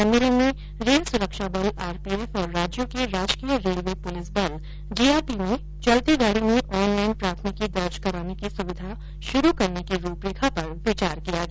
सम्मेलन में रेल सुरक्षा बल आरपीएफ और राज्यों के राजकीय रेलवे पुलिस बल जीआरपी में चलती गाड़ी में ऑनलाइन प्राथमिकी दर्ज कराने की सुविधा शुरू करने की रूपरेखा पर विचार किया गया